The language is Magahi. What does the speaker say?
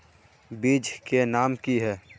बीज के नाम की है?